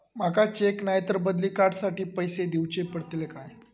माका चेक नाय तर बदली कार्ड साठी पैसे दीवचे पडतले काय?